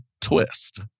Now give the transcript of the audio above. twist